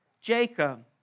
Jacob